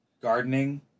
gardening